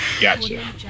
Gotcha